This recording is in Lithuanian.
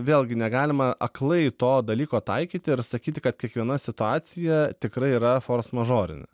vėlgi negalima aklai to dalyko taikyti ir sakyti kad kiekviena situacija tikrai yra fors mažorinė